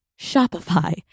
Shopify